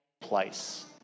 place